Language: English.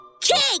Cake